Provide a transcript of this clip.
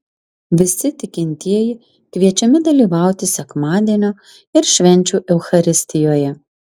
visi tikintieji kviečiami dalyvauti sekmadienio ir švenčių eucharistijoje